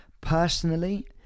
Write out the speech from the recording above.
Personally